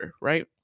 right